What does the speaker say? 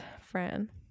Fran